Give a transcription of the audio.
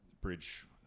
bridge